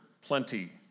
plenty